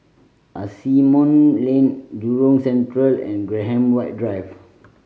Asimont Lane Jurong Central and Graham White Drive